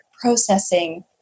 processing